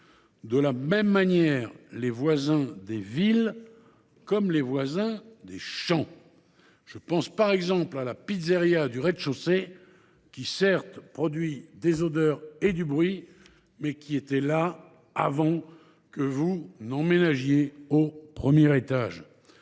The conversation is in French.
de la même manière les voisins des villes comme les voisins des champs. Je pense, par exemple, à la pizzeria du rez de chaussée qui, certes, dégage des odeurs et est bruyante, mais qui était là avant que de nouveaux habitants n’emménagent au premier étage.